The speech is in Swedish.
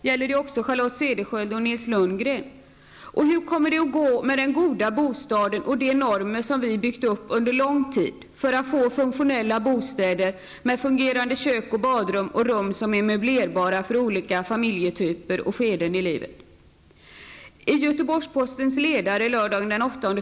Gäller det också Charlotte Cederschiöld och Nils Lundgren? Och hur kommer det att gå med den goda bostaden och de normer som vi har byggt upp under lång tid för att få funktionella bostäder, med fungerande kök och badrum och rum som är möblerbara för olika familjetyper och skeden i livet?